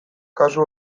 kasu